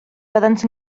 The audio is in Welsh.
byddent